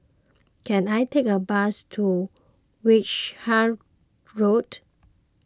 can I take a bus to Wishart Road